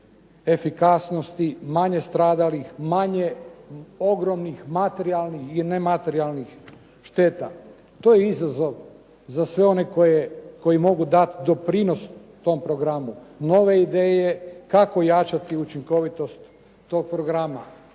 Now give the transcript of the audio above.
efikasnosti, manje stradalih, manje ogromnih materijalnih i nematerijalnih šteta. To je izazov za sve one koji mogu dati doprinos tom programu. Nove ideje kako jačati učinkovitost tog programa.